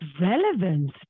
relevance